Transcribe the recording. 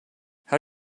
how